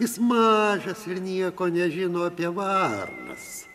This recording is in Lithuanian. jis mažas ir nieko nežino apie varnas